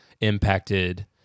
impacted